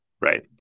Right